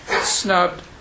snubbed